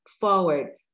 forward